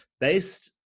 based